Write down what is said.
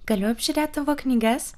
galiu apžiūrėt tavo knygas